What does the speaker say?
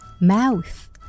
Mouth